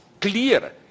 clear